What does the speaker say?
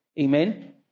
Amen